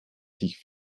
sich